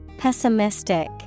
Pessimistic